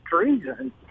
treason